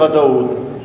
בוודאות,